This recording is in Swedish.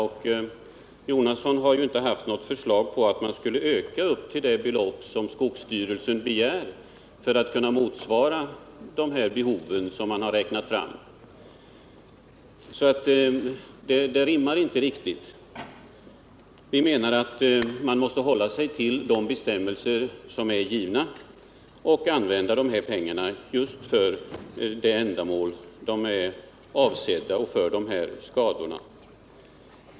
Bertil Jonasson har inte ställt något förslag om att anslaget skulle höjas till det belopp som skogsstyrelsen begär för att också kunna täcka skador på 1977 och 1978 års planteringar. Det rimmar inte riktigt med vad Bertil Jonasson säger. Vi menar att man måste hålla sig till de bestämmelser som finns och använda pengarna för de ändamål de är avsedda för när det gäller de här skadorna.